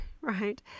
right